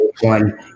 one